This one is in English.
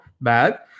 Bad